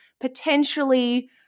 potentially